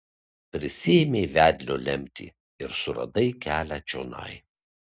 prisiėmei vedlio lemtį ir suradai kelią čionai